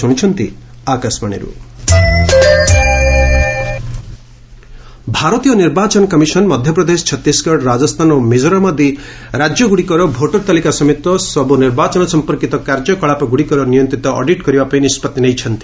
election commission ଭାରତୀୟ ନିର୍ବାଚନ commission Madhya Pradesh Chhattisgarh Rajasthan ଓ ମିକୋରାମ୍ ଆଦି ରାଜ୍ୟଗୁଡ଼ିକର ଭୋଟର ତାଲିକା ସମେତ ସବୁ ନିର୍ବାଚନ ସମ୍ପର୍କିତ କାର୍ଯ୍ୟକଳାପଗୁଡ଼ିକର ନିୟନ୍ତ୍ରିତ ଅଡିଟ୍ କରିବାପାଇଁ ନିଷ୍କଭି ନେଇଛନ୍ତି